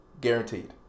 guaranteed